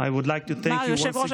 להלן תרגומם הסימולטני: היושב-ראש,